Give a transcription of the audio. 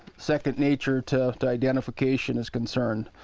second nature to identification is concerned.